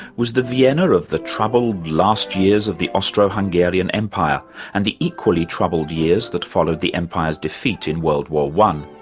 was the vienna of the troubled last years of the austro-hungarian empire and the equally troubled years that followed the empire's defeat in world war i.